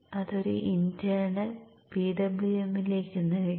അത് ഒരു internal PWM ലേക്ക് നൽകി